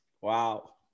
Wow